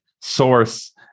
source